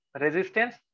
resistance